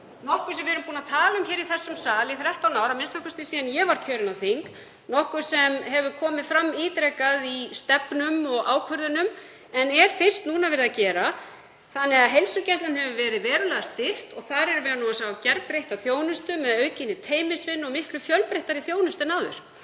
nokkuð sem við erum búin að tala um í þessum sal í 13 ár, a.m.k. síðan ég var kjörin á þing, nokkuð sem komið hefur fram ítrekað í stefnum og ákvörðunum en er fyrst núna verið að gera. Þannig að heilsugæslan hefur verið verulega styrkt og þar sjáum við nú gerbreytta þjónustu með aukinni teymisvinnu og miklu fjölbreyttari þjónustu en áður.